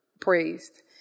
praised